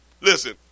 Listen